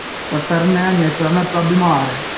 sir में निं आई सकदा सर में थोह्ड़ा बमार आं